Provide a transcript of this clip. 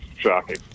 shocking